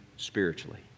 spiritually